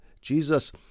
Jesus